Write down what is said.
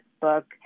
book